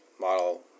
model